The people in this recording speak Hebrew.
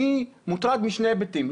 אני מוטרד משני היבטים.